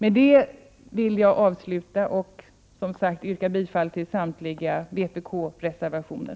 Med det vill jag yrka bifall till samtliga vpk-reservationer.